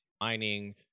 mining